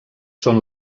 són